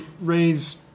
raise